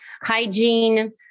hygiene